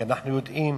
כי אנחנו יודעים